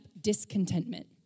discontentment